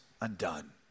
undone